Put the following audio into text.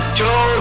two